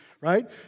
right